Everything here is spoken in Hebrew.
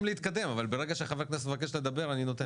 להתקדם אבל ברגע שחבר כנסת מבקש לדבר אני נותן לו.